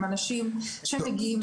הם אנשים שמגיעים.